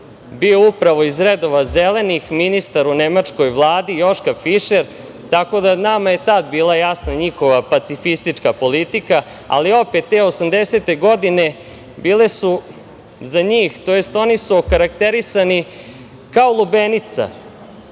bio upravo iz redova zelenih, ministar u Nemačkoj vladi, Joška Fišer. Tako da nama je tad bila jasna njihova pacifistička politika, ali opet te 80-te godine, bile su za njih, tj. oni su okarakterisani kao lubenica.